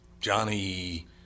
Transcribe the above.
Johnny